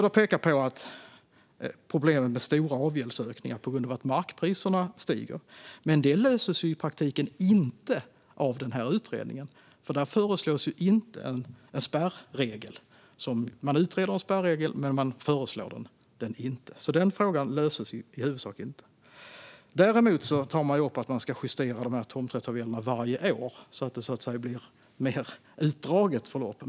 Söder pekar på problemen med stora avgäldsökningar på grund av att markpriserna stiger. Men det löstes i praktiken inte av den utredningen. Där föreslogs inte en spärregel. Man utredde en spärregel men föreslog den inte. Den frågan löstes alltså inte. Däremot tog man upp att tomträttsavgälderna skulle justeras varje år så att det skulle bli ett mer utdraget förlopp.